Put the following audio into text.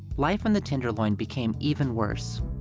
life in the tenderloin became even worse.